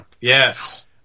Yes